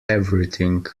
everything